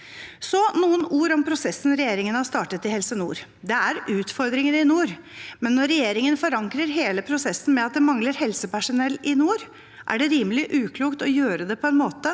Så noen ord om prosessen regjeringen har startet i Helse nord. Det er utfordringer i nord, men når regjeringen forankrer hele prosessen med at det mangler helsepersonell i nord, er det rimelig uklokt å gjøre det på en måte